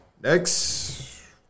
Next